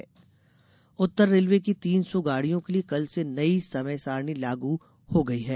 rail समय सारणी उत्तर रेलवे की तीन सौ गाड़ियों के लिए कल से नई समय सारणी लागू हो गयी है